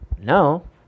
Now